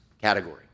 category